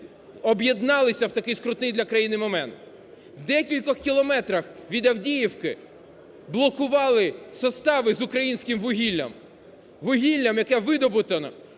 об'єдналися в такий скрутний для країни момент. В декількох кілометрах від Авдіївки блокували состави з українським вугіллям – вугіллям, яке видобуто